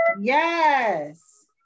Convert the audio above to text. Yes